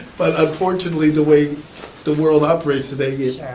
but unfortunately the way the world operates today